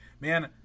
Man